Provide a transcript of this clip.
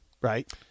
Right